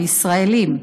הישראלים.